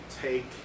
take